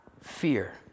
fear